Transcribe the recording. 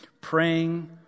praying